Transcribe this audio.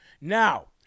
Now